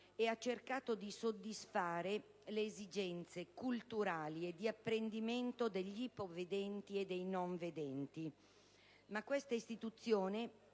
- ha cercato di soddisfare le esigenze culturali e di apprendimento degli ipovedenti e dei non vedenti, oltre ad essere